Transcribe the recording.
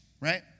Right